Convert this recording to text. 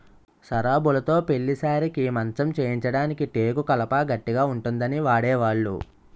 సరాబులుతో పెళ్లి సారెకి మంచం చేయించడానికి టేకు కలప గట్టిగా ఉంటుందని వాడేవాళ్లు